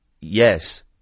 yes